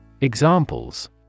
Examples